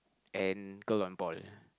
and girl on ball